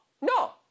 No